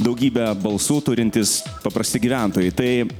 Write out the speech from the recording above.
daugybę balsų turintys paprasti gyventojai tai